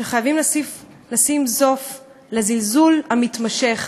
שחייבים לשים סוף לזלזול המתמשך